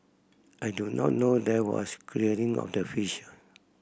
I do not know there was clearing of the fish